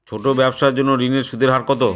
ছোট ব্যবসার জন্য ঋণের সুদের হার কত?